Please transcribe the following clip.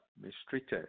mistreated